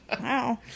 wow